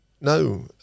no